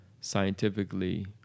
scientifically